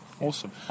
awesome